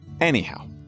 Anyhow